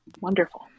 Wonderful